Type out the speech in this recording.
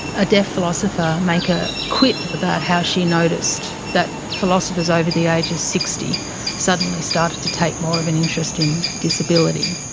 a deaf philosopher, make a quip about how she noticed that philosophers over the age of sixty suddenly started to take more of an interest in disability.